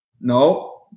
No